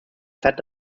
set